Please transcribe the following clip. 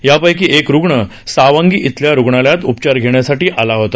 यांपैकी एक रुग्ण सावंगी इथल्या रुग्णालयात उपचार घेण्यासाठी आला होता